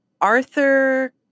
Arthur